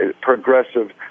progressive